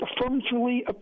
affirmatively